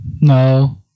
no